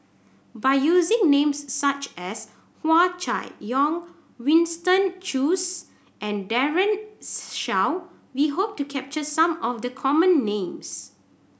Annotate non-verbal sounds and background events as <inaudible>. by using names such as Hua Chai Yong Winston Choos and Daren <noise> Shiau we hope to capture some of the common names